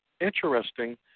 interesting